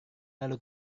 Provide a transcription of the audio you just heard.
lalu